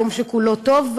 יום שכולו טוב,